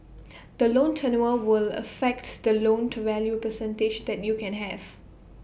the loan tenure will affects the loan to value percentage that you can have